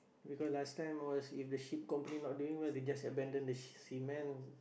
because last time always if the ship company not doing well they just abandon the cement